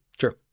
sure